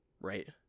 right